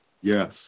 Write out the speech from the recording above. Yes